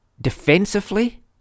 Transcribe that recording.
Defensively